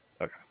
Okay